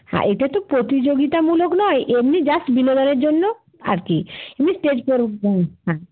হ্যাঁ এটা তো প্রতিযোগিতামূলক নয় এমনি জাস্ট বিনোদনের জন্য আর কি এমনি স্টেজ প্রোগ্রাম হ্যাঁ